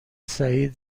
سعید